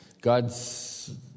God's